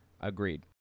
Agreed